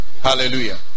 Hallelujah